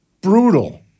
brutal